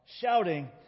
shouting